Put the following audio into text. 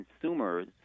consumers